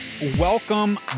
Welcome